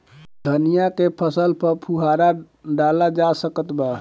धनिया के फसल पर फुहारा डाला जा सकत बा?